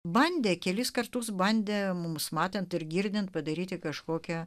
bandė kelis kartus bandė mums matant ir girdint padaryti kažkokią